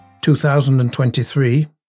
2023